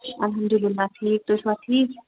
الحمدُاللہ ٹھیٖک تُہی چھُوا ٹھیٖک